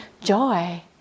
joy